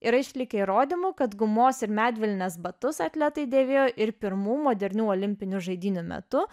yra išlikę įrodymų kad gumos ir medvilnės batus atletai dėvėjo ir pirmų modernių olimpinių žaidynių metu